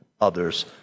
others